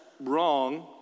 wrong